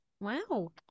Wow